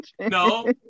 no